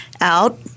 out